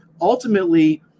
Ultimately